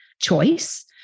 choice